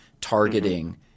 targeting